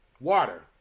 water